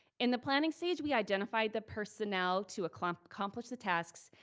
in the planning stage we identify the personnel to accomplish accomplish the tasks,